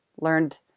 learned